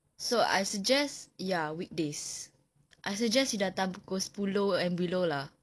so I suggest ya weekdays I suggest you datang pukul sepuluh and below lah